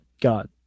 god